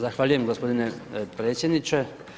Zahvaljujem gospodine predsjedniče.